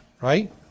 right